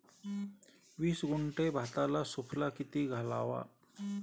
वीस गुंठे भाताला सुफला किती घालावा?